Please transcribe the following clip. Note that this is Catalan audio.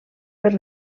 per